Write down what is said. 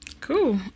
Cool